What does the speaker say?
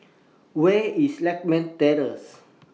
Where IS Lakme Terrace